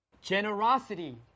Generosity